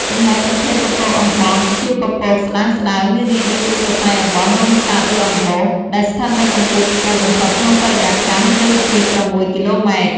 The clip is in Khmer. ចំណែកប្រភេទពពកអំបោះជាពពកស្តើងៗ មានរាងដូចជាសរសៃអំបោះ រោមសត្វ ឬអំបោស ដែលស្ថិតនៅកម្ពស់ខ្ពស់បំផុតក្នុងបរិយាកាស លើសពី ៦ គីឡូម៉ែត្រ។